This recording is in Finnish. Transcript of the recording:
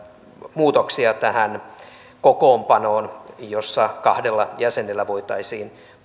muutoksia tähän kokoonpanoon jossa kahdella jäsenellä voitaisiin